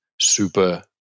super